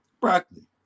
broccoli